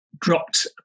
dropped